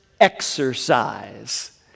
exercise